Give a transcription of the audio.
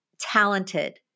talented